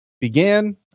began